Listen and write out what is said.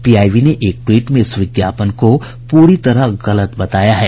PIB ने एक tweet में इस विज्ञापन को पूरी तरह गलत बताया है